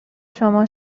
شما